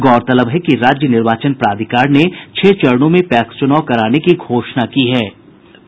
गौरतलब है कि राज्य निर्वाचन प्राधिकार ने छह चरणों में पैक्स चुनाव कराने की घोषणा की थी